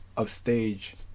Upstage